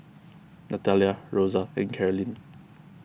Nathalia Rosa and Carolyn